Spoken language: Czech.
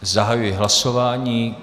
Zahajuji hlasování.